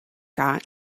got